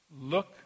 Look